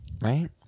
right